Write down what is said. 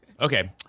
okay